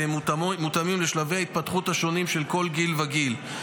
וזה מותאם לשלבי ההתפתחות השונים של כל גיל וגיל.